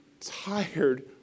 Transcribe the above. tired